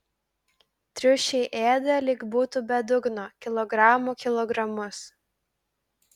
triušiai ėda lyg būtų be dugno kilogramų kilogramus